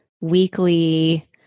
weekly